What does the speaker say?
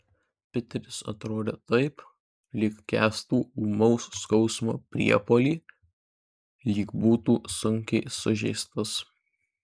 piteris atrodė taip lyg kęstų ūmaus skausmo priepuolį lyg būtų sunkiai sužeistas